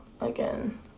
again